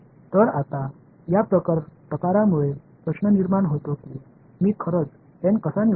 तर आता या प्रकारामुळे प्रश्न निर्माण होतो की मी खरंच एन कसा निवडायचा